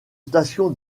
station